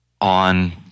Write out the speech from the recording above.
on